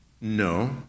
No